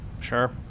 Sure